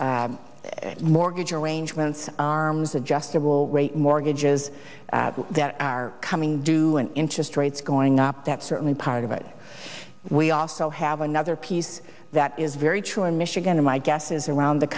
financial mortgage arrangements arms adjustable rate mortgages that are coming due an interest rates going up that's certainly part of it we also have another piece that is very true in michigan and my guess is around the